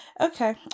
okay